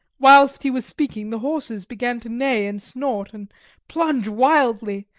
whilst he was speaking the horses began to neigh and snort and plunge wildly,